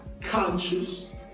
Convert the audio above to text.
conscious